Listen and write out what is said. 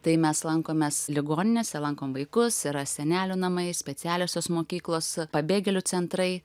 tai mes lankomės ligoninėse lankom vaikus yra senelių namai specialiosios mokyklos pabėgėlių centrai